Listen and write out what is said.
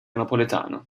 napoletano